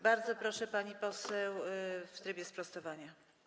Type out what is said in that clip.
Bardzo proszę, pani poseł w trybie sprostowania.